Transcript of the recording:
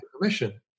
permission